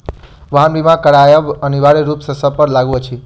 वाहन बीमा करायब अनिवार्य रूप सॅ सभ पर लागू अछि